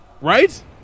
Right